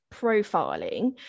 profiling